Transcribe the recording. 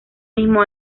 mismo